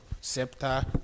Scepter